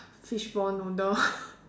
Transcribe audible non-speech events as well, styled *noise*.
fishball noodle *laughs*